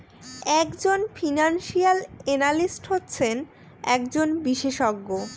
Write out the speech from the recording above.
এক জন financial analyst হচ্ছেন একজন বিশেষজ্ঞ